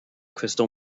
crystal